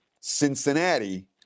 Cincinnati